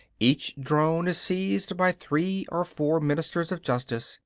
each drone is seized by three or four ministers of justice,